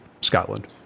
Scotland